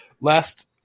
last